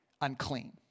unclean